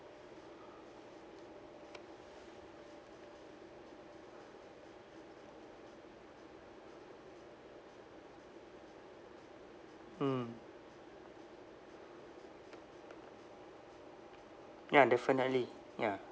mm ya definitely ya